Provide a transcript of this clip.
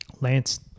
Lance